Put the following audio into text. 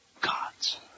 gods